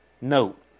Note